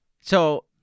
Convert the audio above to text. So-